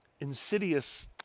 insidious